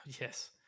yes